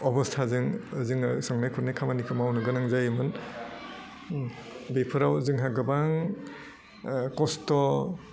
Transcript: अब'स्ताजों जोङो संनाय खुरनाय खामानिखौ मावनो गोनां जायोमोन उम बेफोराव जोंहा गोबां ओह खस्थ'